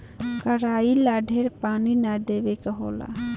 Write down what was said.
कराई ला ढेर पानी ना देवे के होला